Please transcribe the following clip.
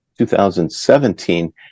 2017